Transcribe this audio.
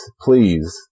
please